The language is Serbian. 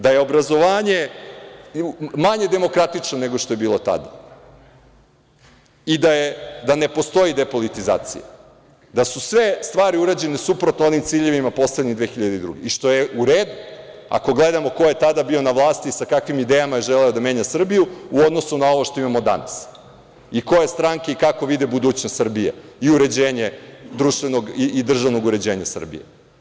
Da je obrazovanje manje demokratično nego što je bilo tada i da ne postoji depolitizacija, da su sve stvari urađene suprotno onim ciljevima postavljenim 2002. godine i što je u redu ako gledamo ko je tada bio na vlasti i sa kakvim je idejama želeo da menja Srbiju u odnosu na ono što imamo danas i koje stranke kako vide budućnost Srbije i uređenje društvenog i državnog uređenja Srbije.